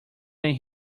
than